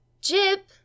Jip